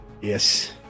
Yes